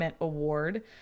Award